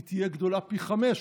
היא תהיה גדולה פי חמישה,